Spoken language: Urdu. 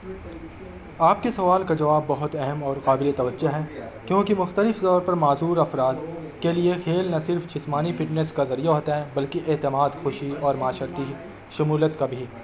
آپ کے سوال کا جواب بہت اہم اور قابل توجہ ہے کیونکہ مختلف طور پر معذور افراد کے لیے کھیل نہ صرف جسمانی فٹننیس کا ذریعہ ہوتا ہے بلکہ اعتماد خوشی اور معاشرتی شمولت کا بھی